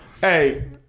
Hey